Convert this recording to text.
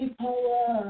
power